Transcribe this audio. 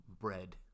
bread